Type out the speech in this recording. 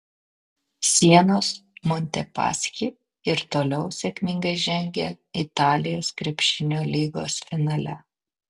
sienos montepaschi ir toliau sėkmingai žengia italijos krepšinio lygos finale